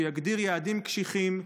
שיגדיר יעדים קשיחים,